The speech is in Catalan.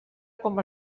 com